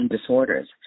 disorders